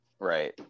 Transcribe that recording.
Right